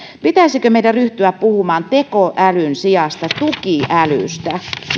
pitäisikö meidän ryhtyä puhumaan tekoälyn sijasta tukiälystä